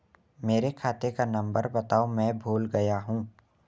मेरे खाते का नंबर बताओ मैं भूल गया हूं